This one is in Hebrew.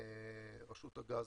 רשות הגז